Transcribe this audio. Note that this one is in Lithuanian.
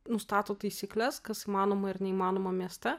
nustato taisykles kas įmanoma ir neįmanoma mieste